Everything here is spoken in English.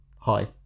hi